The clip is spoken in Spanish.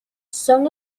son